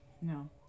No